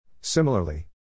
Similarly